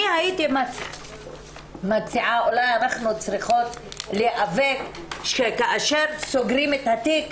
אני הייתי מציעה שאולי אנחנו צריכות להיאבק שכאשר סוגרים את התיק,